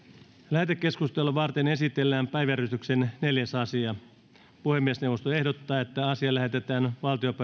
lähetekeskustelua varten esitellään päiväjärjestyksen neljäs asia puhemiesneuvosto ehdottaa että asia lähetetään